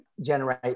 generate